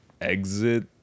Exit